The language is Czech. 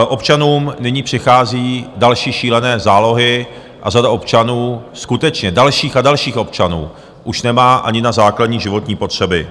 Občanům nyní přichází další šílené zálohy a řada občanů, skutečně dalších a dalších občanů, už nemá ani na základní životní potřeby.